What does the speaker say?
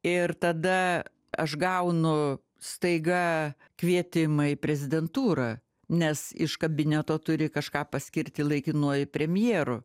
ir tada aš gaunu staiga kvietimą į prezidentūrą nes iš kabineto turi kažką paskirti laikinuoju premjeru